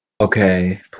Okay